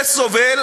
זה סובל